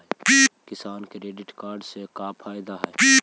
किसान credit card से का फायदा है?